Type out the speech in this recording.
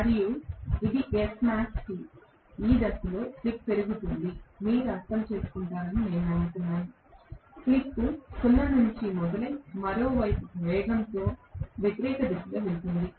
మరియు ఇది SmaxT ఈ దిశలో స్లిప్ పెరుగుతోంది మీరు అర్థం చేసుకుంటారని నేను నమ్ముతున్నాను స్లిప్ 0 నుండి మొదలై 1 వైపుకు వేగంతో వ్యతిరేక దిశలో వెళుతుంది